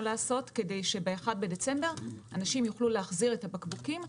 לעשות כדי שב-1 בדצמבר אנשים יוכלו להחזיר את הבקבוקים בקלות,